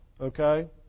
okay